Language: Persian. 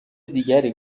دیگری